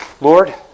Lord